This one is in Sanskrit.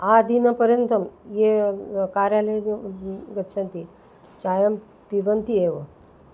आदिनपर्यन्तं ये कार्यालयं गच्छन्ति चायं पिबन्ति एव